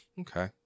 Okay